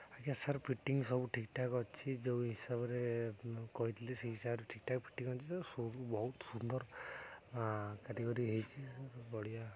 ଆଜ୍ଞା sir fitting ସବୁ ଠିକ୍ଠାକ୍ ଅଛି ଯେଉଁ ହିସାବରେ ମୁଁ କହିଥିଲି ସେଇ ସାର୍ ଠିକ୍ଠାକ୍ ଫିଟିଙ୍ଗ ଅଛି ଯ ସବୁ ବହୁତ ସୁନ୍ଦର କାରିଗରୀ ହୋଇଛି ବଢ଼ିଆ